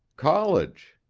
college.